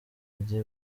rye